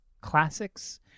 classics